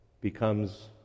becomes